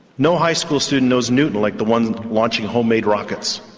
no high school student knows newton like the ones launching home-made rockets.